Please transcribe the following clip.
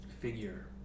figure